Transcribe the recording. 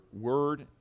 word